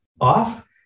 off